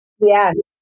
Yes